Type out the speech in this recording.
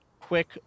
quick